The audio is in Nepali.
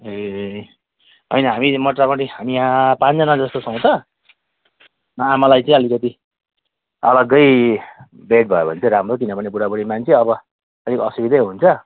ए होइन हामी मोटामोटी हामी यहाँ पाँचजना जस्तो छौँ त आमालाई चाहिँ अलिकति अलग्गै बेड भयो भने चाहिँ राम्रो किनभने बुढाबुढी मान्छे अब अलिक असुविधै हुन्छ